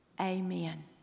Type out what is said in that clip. Amen